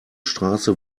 straße